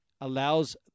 allows